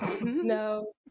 No